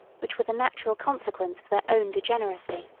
which were the natural consequence of their own degeneracy.